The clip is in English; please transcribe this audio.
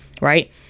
right